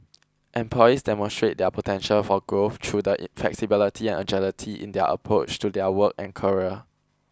employees demonstrate their potential for growth through the flexibility and agility in their approach to their work and career